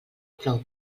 plou